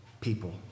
people